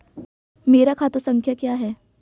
मेरा खाता संख्या क्या है?